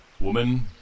Woman